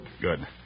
Good